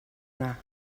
dda